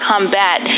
combat